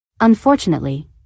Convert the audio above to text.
Unfortunately